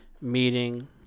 meeting